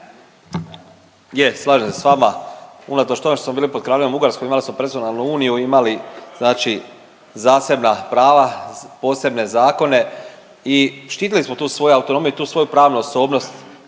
slažem se s vama. Unatoč tome što smo bili pod kraljevinom Ugarskom imali smo profesionalnu uniju, imali znači zasebna prava, posebne zakone i štitili smo tu svoju autonomiju i tu svoju pravnu osobnost.